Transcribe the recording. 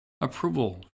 approval